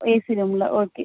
AC ரூமில் okay